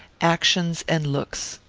actions and looks.